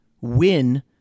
win